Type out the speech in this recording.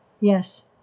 yes